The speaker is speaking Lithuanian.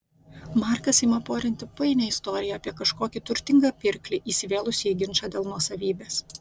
markas ima porinti painią istoriją apie kažkokį turtingą pirklį įsivėlusį į ginčą dėl nuosavybės